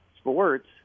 Sports